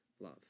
love